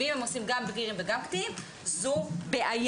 ואם הם עושים גם בגירים וגם קטינים זו בעיה.